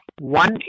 one